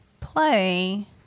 play